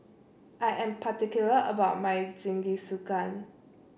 I am particular about my Jingisukan